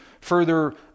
further